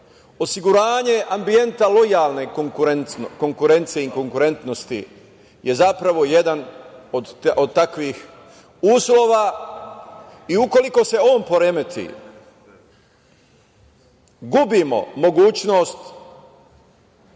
rezultata. Osiguranje ambijenta lojalne konkurencije i konkurentnosti je zapravo jedan od takvih uslova i ukoliko se on poremeti gubimo mogućnost